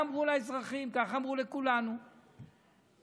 ככה אמרו לאזרחים, ככה אמרו לכולנו, אין.